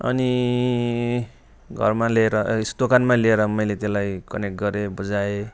अनि घरमा ल्याएर ए दोकानमा ल्याएर मैले त्यसलाई कनेक्ट गरेँ बजाएँ